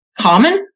common